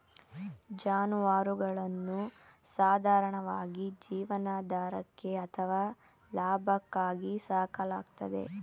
ಜಾನುವಾರುಗಳನ್ನು ಸಾಧಾರಣವಾಗಿ ಜೀವನಾಧಾರಕ್ಕೆ ಅಥವಾ ಲಾಭಕ್ಕಾಗಿ ಸಾಕಲಾಗ್ತದೆ